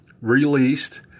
released